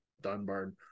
dunbar